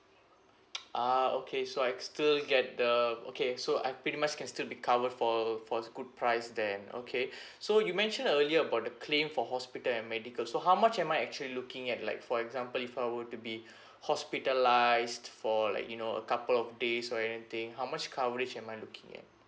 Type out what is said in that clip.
ah okay so I still get the okay so I pretty much can still be covered for uh for good price then okay so you mentioned earlier about the claim for hospital and medical so how much am I actually looking at like for example if I were to be hospitalised for like you know a couple of days or anything how much coverage am I looking at